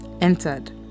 entered